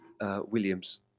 Williams